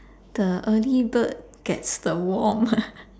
the early bird gets the worm ah